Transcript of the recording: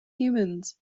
humans